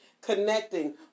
connecting